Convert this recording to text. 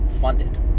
funded